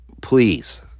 please